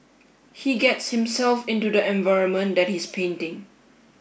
he gets himself into the environment that he's painting